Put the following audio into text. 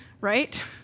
right